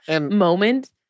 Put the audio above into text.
moment